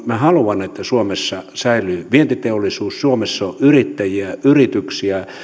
minä haluan että suomessa säilyy vientiteollisuus suomessa on yrittäjiä ja yrityksiä